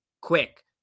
quick